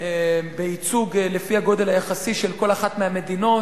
ובייצוג לפי הגודל היחסי של כל אחת מהמדינות.